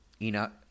Enoch